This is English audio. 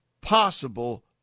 possible